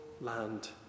land